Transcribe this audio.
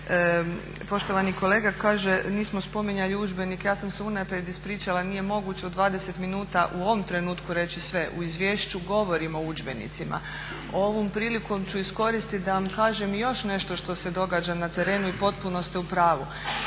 Poštovani kolega kaže nismo spominjali udžbenike. Ja sam se unaprijed ispričala, nije moguće u 20 minuta u ovom trenutku reći sve. U izvješću govorimo o udžbenicima. Ovom prilikom ću iskoristit da vam kažem još nešto što se događa na terenu i potpuno ste u pravu.